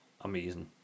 amazing